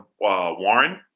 Warren